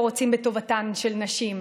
לא רוצים בטובתן של נשים,